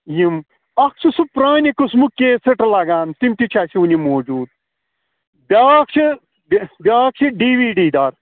یِم اَکھ چھُ سُہ پرٛانہِ قٕسمُک کیسٮ۪ٹ لَگان تِم تہِ چھِ اَسہِ وُنہِ موٗجوٗد بیٛاکھ چھِ بیٛاکھ چھِ ڈی وی ڈی دار